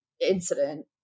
incident